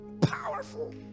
powerful